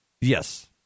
yes